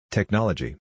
Technology